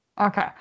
Okay